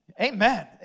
Amen